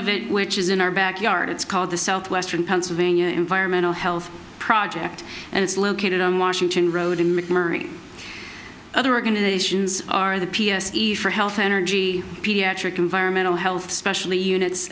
of which is in our backyard it's called the southwestern pennsylvania environmental health project and it's located on washington road in mcmurray other organizations are the p s eve for health energy pediatric environmental health specially units